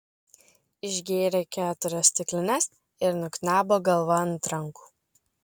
išgėrė keturias stiklines ir nuknebo galva ant rankų